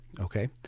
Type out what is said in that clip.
Okay